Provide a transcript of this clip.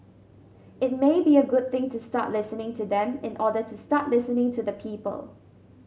it may be a good thing to start listening to them in order to start listening to the people